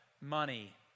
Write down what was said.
Money